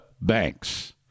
Banks